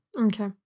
okay